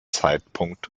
zeitpunkt